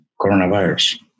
coronavirus